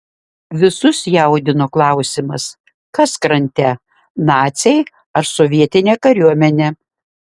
visus jaudino klausimas kas krante naciai ar sovietinė kariuomenė